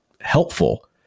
helpful